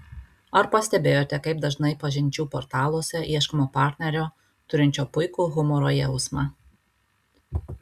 ar pastebėjote kaip dažnai pažinčių portaluose ieškoma partnerio turinčio puikų humoro jausmą